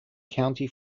county